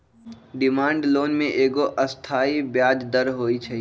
demand loan में एगो अस्थाई ब्याज दर होइ छइ